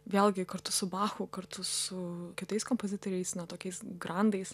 vėlgi kartu su bachu kartu su kitais kompozitoriais na tokiais grandais